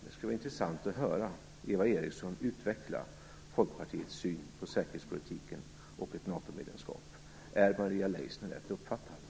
Det skulle vara intressant att höra Eva Eriksson utveckla Folkpartiets syn på säkerhetspolitiken och ett NATO-medlemskap. Är Maria Leissner rätt uppfattad?